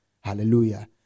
Hallelujah